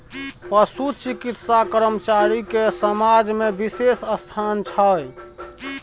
पशु चिकित्सा कर्मचारी के समाज में बिशेष स्थान छै